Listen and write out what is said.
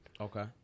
Okay